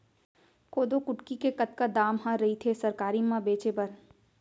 कोदो कुटकी के कतका दाम ह रइथे सरकारी म बेचे बर?